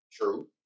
True